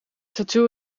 tattoo